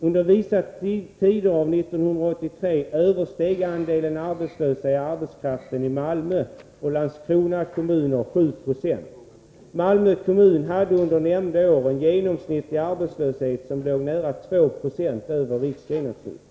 Under vissa tider av år 1983 översteg andelen arbetslösa av arbetskraften i Malmö och Landskrona kommuner 7 90. Malmö kommun hade under nämnda år en genomsnittlig arbetslöshet som låg nära 2 96 över riksgenomsnittet.